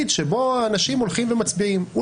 שבו האנשים הולכים ומצביעים בבחירות לכנסת.